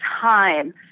time